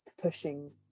pushing